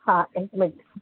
हा हिकु मिंट